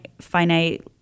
finite